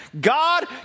God